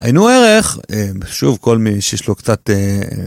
היינו ערך שוב כל מי שיש לו קצת.